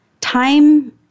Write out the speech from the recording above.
Time